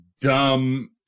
dumb